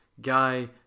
guy